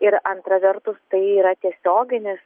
ir antra vertus tai yra tiesioginis